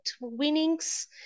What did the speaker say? winnings